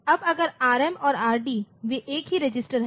अब अगर Rm और Rd वे एक ही रजिस्टर हैं